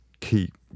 keep